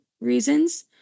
reasons